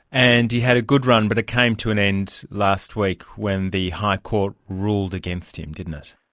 and he had a good run but it came to an end last week when the high court ruled against him, didn't it.